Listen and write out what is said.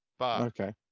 Okay